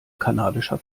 kanadischer